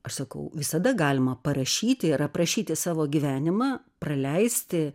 aš sakau visada galima parašyti ir aprašyti savo gyvenimą praleisti